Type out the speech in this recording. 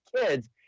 kids